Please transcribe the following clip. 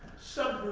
sub